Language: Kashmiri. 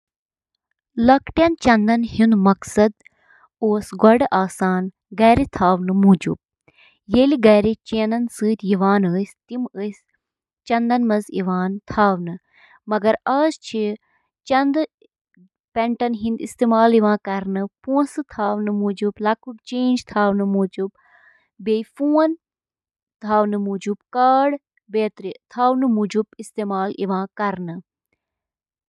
اکھ ٹوسٹر چُھ گرمی پٲدٕ کرنہٕ خٲطرٕ بجلی ہنٛد استعمال کران یُس روٹی ٹوسٹس منٛز براؤن چُھ کران۔ ٹوسٹر اوون چِھ برقی کرنٹ سۭتۍ کوائلن ہنٛد ذریعہٕ تیار گژھن وٲل انفراریڈ تابکٲری ہنٛد استعمال کٔرتھ کھین بناوان۔